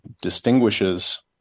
distinguishes